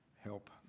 help